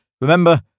remember